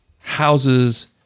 houses